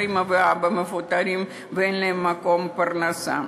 האימא והאבא מפוטרים ואין להם מקום פרנסה.